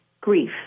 grief